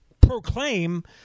proclaim